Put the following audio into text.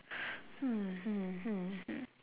hmm hmm hmm hmm